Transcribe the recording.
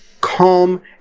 calm